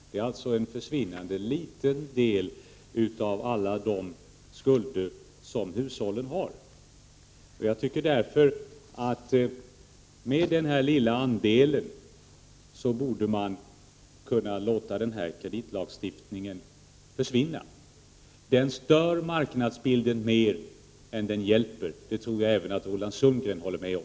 Det är alltså en försvinnande liten del av alla de skulder som hushållen har. Jag tycker därför att man, då dessa skulder utgör en sådan liten del, borde kunna låta denna kreditlagstiftning försvinna. Den stör marknadsbilden mer än den hjälper. Det tror jag att även Roland Sundgren håller med om.